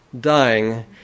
dying